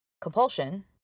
compulsion